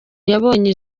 yabonye